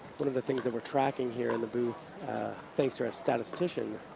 but of the things that we're tracking here in the booth thanks to our statistician,